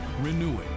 Renewing